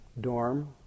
dorm